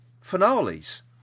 finales